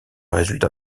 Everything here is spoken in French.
résultat